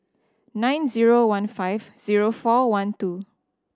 nine zero one five zero four one two